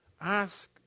Ask